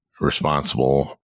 responsible